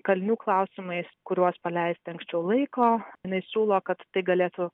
kalinių klausimais kuriuos paleisti anksčiau laiko jinai siūlo kad tai galėtų